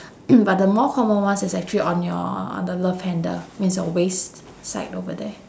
but the more common ones is actually on your on the love handle means your waist side over there